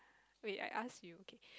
wait I ask you okay